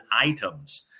items